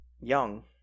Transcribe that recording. Young